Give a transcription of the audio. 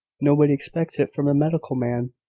nobody expects it from a medical man.